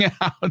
out